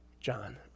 John